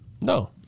No